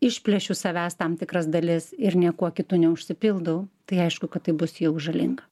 išplėšiu savęs tam tikras dalis ir niekuo kitu neužsipildau tai aišku kad tai bus jau žalinga